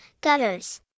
gutters